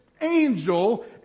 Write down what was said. angel